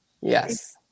Yes